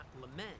lament